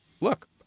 Look